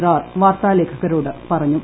ബ്രാർ വാർത്താ ലേഖകരോട് പറഞ്ഞു